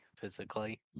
physically